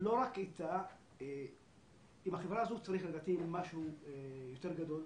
עם החברה הזו צריך לדעתי משהו יותר גדול,